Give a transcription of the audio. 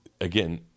Again